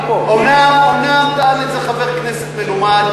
אומנם טען את זה חבר כנסת מלומד,